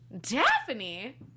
Daphne